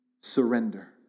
Surrender